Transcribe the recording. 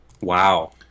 Wow